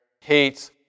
hates